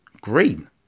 green